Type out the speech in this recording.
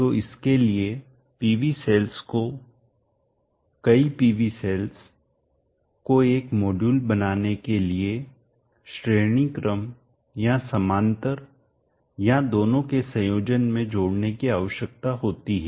तो इसके लिए PV सेल्स को कई PV सेल्स को एक मॉड्यूल बनाने के लिए श्रेणी क्रम या समानांतर या दोनों के संयोजन में जोड़ने की आवश्यकता होती है